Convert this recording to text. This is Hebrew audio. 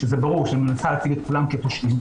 שזה ברור שהיא מנסה להציג את כולם כפושעים,